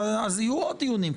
אז יהיו עוד דיונים.